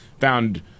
found